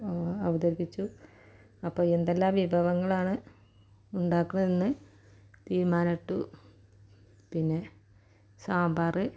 അവതരിപ്പിച്ചു അപ്പോൾ എന്തെല്ലാം വിഭവങ്ങളാണ് ഉണ്ടാക്കുക എന്ന് തീരുമാനമെടുത്തു പിന്നെ സാമ്പാർ